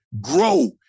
grow